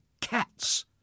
cats